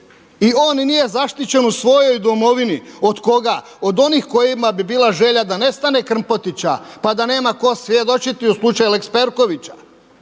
i on nije zaštićen u svojoj domovini. Od koga? Od onih kojima bi bila želja da nestane Krmpotića pa da nema ko svjedočiti u slučaju lex Perkovića.